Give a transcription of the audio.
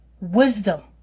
wisdom